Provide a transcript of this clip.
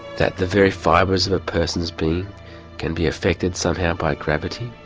that the very fibres of a person's being can be affected somehow by gravity?